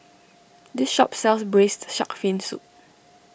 this shop sells Braised Shark Fin Soup